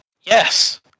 Yes